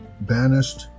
banished